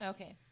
Okay